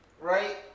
right